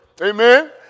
Amen